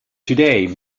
today